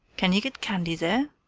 can you get candy there?